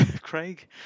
craig